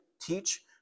teach